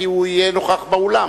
כי הוא לא יהיה נוכח באולם.